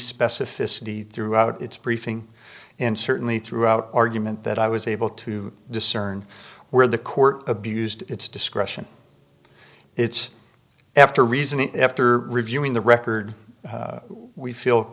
specificity throughout its briefing and certainly throughout argument that i was able to discern where the court abused its discretion it's after reasoning after reviewing the record we feel